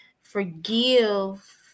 forgive